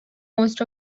most